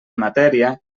matèria